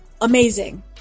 amazing